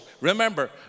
Remember